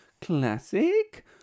Classic